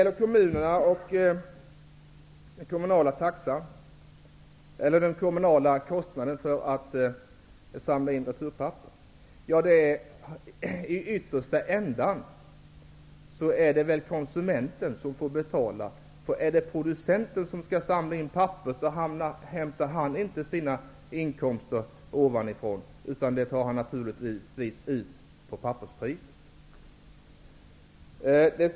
Så till frågan om kommunerna och den kommunala kostnaden för insamling av returpapper. Ytterst är det väl konsumenten som får betala. Producenten -- om det nu är producenten som skall samla in pappret -- får ju inte sina inkomster ovanifrån. Naturligtvis handlar det här om att via papperspriset täcka kostnaderna.